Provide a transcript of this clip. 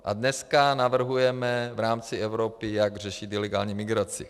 A dneska navrhujeme v rámci Evropy, jak řešit ilegální migraci.